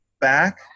back